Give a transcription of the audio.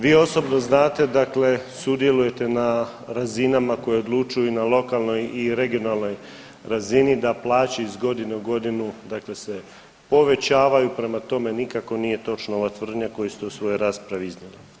Vi osobno znate dakle sudjelujete na razinama koje odlučuju na lokalnoj i regionalnoj razini da plaće iz godine u godinu dakle se povećavaju, prema tome nikako nije točna ova tvrdnja koju ste u svojoj raspravi iznijeli.